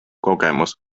kogemus